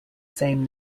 same